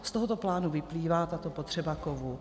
Z tohoto plánu vyplývá tato potřeba kovů.